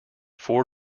four